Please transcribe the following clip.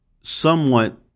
somewhat